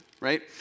right